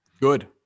Good